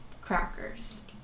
crackers